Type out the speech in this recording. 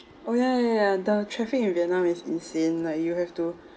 oh ya ya ya the traffic in vietnam is insane like you have to